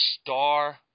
star